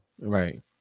Right